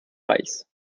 reichs